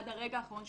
עד הרגע האחרון,